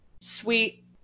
sweet